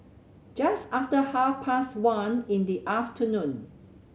just after half past one in the afternoon